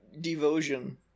Devotion